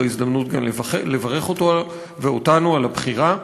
וזו הזדמנות גם לברך אותו ואותנו על הבחירה.